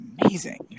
amazing